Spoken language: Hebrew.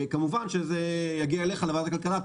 כמובן שהצעת החוק תגיע לוועדת הכלכלה.